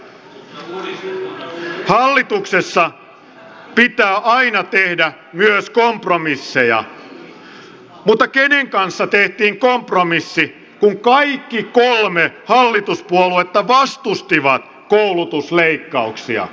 hallituksessa pitää aina tehdä myös kompromisseja mutta kenen kanssa tehtiin kompromissi kun kaikki kolme hallituspuoluetta vastustivat koulutusleikkauksia